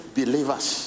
believers